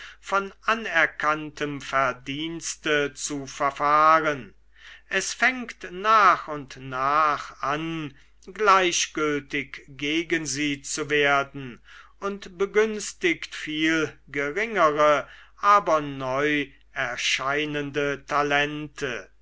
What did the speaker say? von anerkanntem verdienste zu verfahren es fängt nach und nach an gleichgültig gegen sie zu werden und begünstigt viel geringere aber neu erscheinende talente